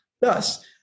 Thus